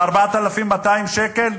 מ-4,200 שקל?